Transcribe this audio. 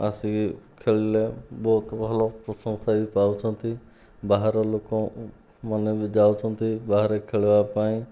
ଆସିକି ଖେଳିଲେ ବହୁତ ଭଲ ପ୍ରଶଂସା ବି ପାଉଛନ୍ତି ବାହାର ଲୋକମାନେ ବି ଯାଉଛନ୍ତି ବାହରେ ଖେଳିବା ପାଇଁ